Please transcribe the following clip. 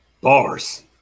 Bars